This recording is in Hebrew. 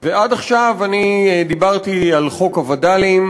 ועד עכשיו אני דיברתי על חוק הווד"לים.